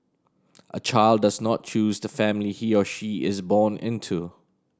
a child does not choose the family he or she is born into